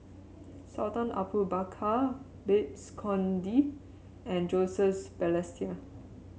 Sultan Abu Bakar Babes Conde and Joseph Balestier